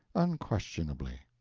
unquestionably.